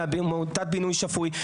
מעמותת בינוי שפוי,